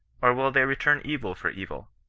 or will they return evil for evil,